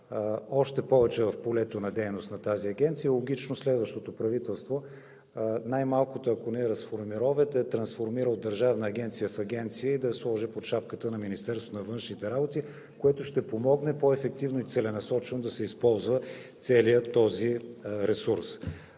още повече в полето на дейност на тази агенция. Логично е следващото правителство, най-малкото, ако не я разформирова, да я трансформира от държавна агенция в агенция и да я сложи под шапката на Министерството на външните работи, което ще помогне по-ефективно и целенасочено да се използва целият този ресурс.